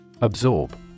Absorb